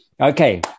Okay